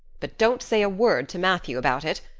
but don't say a word to matthew about it,